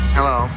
Hello